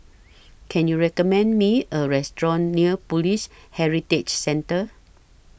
Can YOU recommend Me A Restaurant near Police Heritage Centre